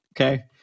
Okay